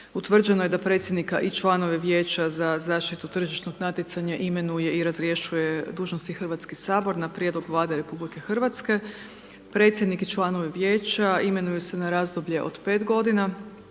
utvrđeno je da predsjednika i članove Vijeća za zaštitu tržišnog natjecanja imenuje i razrješuje dužnosti Hrvatski sabor na prijedlog Vlade Republike Hrvatske. Predsjednik i članovi Vijeća imenuju se na razdoblje od pet godina,